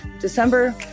December